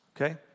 Okay